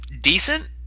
decent